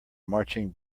marching